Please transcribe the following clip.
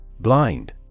Blind